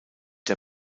der